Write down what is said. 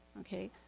Okay